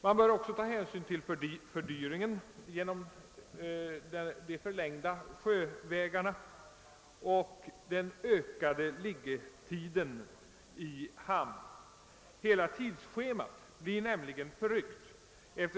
Man bör också ta hänsyn till fördyringen genom de förlängda gångvägarna och den ökade liggetiden i hamn. Hela tidsschemat blir nämligen förryckt.